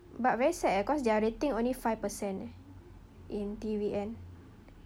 but very sad eh cause their rating only five percent leh in T_V_N